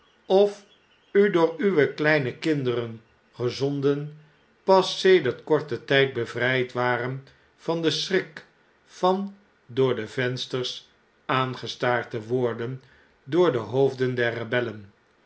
of u door uwe kleine kinderen gezonden pas sedert korten tjjd bevrijd waren van den schrik van door de vensters aangestaard te worden door de hoofden der rebellen